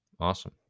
Awesome